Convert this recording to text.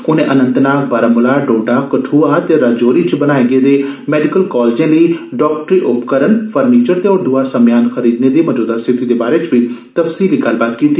उनें अनंतनाग बारामुला डोडा कदुआ ते राजौरी च बनाए गेदे मैडिकल कॉलजें लेई डॉक्टरी उपकरण फर्नीचर ते होर दुआ समेयान खरीदने दी मजूदा स्थिति दे बारै च बी तफसीली गल्लबात कीती